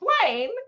explain